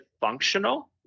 functional